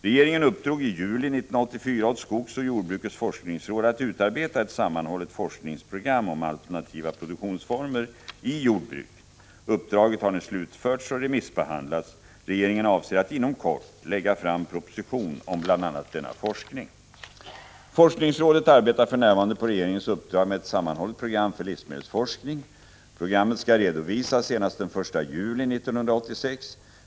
Regeringen uppdrog i juli 1984 åt skogsoch jordbrukets forskningsråd att utarbeta ett sammanhållet forskningsprogram om alternativa produktionsformer i jordbruket. Uppdraget har nu slutförts och remissbehandlats. Regeringen avser att inom kort lägga fram proposition om bl.a. denna forskning. Forskningsrådet arbetar för närvarande på regeringens uppdrag med ett sammanhållet program för livsmedelsforskning. Programmet skall redovisas senast den 1 juli 1986.